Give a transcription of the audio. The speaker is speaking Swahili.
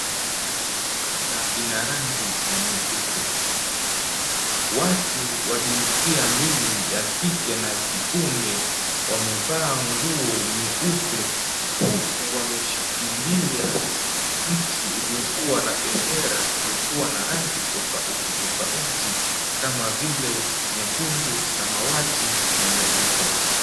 Anga ina rangi ya nyeupe. Watu wa jinsia mbili ya kike na ya kiume wamevaa nguo nyeupe huku wameshikilia mti uliokuwa na bendera iliyokuwa na rangi tofauti tofauti kama vile nyekundu, samawati na nyeupe.